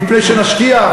מפני שנשקיע,